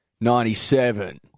Ninety-seven